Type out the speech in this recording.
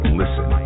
listen